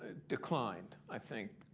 declined, i think,